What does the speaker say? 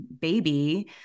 baby